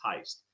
heist